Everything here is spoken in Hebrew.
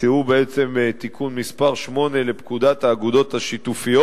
שהוא בעצם תיקון מס' 8 לפקודת האגודות השיתופיות,